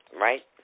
Right